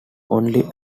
only